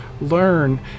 learn